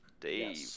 Dave